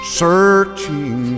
searching